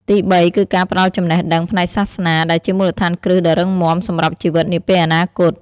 ទី៣ គឺការផ្ដល់ចំណេះដឹងផ្នែកសាសនាដែលជាមូលដ្ឋានគ្រឹះដ៏រឹងមាំសម្រាប់ជីវិតនាពេលអនាគត។